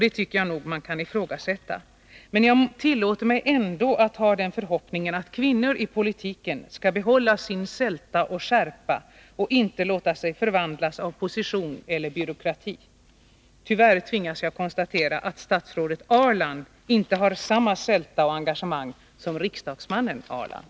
Det tycker jag att man kan ifrågasätta. Men jag tillåter mig ändå att hysa förhoppningen att kvinnor i politiken skall behålla sin sälta och skärpa och inte låta sig förvandlas av position eller byråkrati. Tyvärr tvingas jag konstatera att statsrådet Ahrland inte har samma sälta och enagagemang som riksdagsmannen Ahrland.